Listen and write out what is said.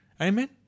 amen